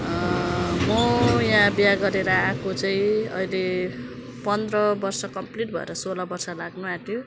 म यहाँ बिहा गरेर आएको चाहिँ अहिले पन्ध्र वर्ष कम्प्लिट भएर सोह्र वर्ष लाग्नुआँट्यो